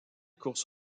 courses